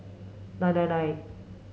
nine nine nine